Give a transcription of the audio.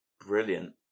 Brilliant